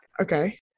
Okay